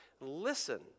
Listen